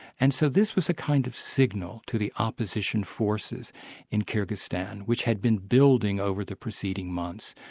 and so this was a kind of signal to the opposition forces in kyrgyzstan which had been building over the preceding months,